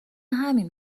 همین